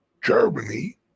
Germany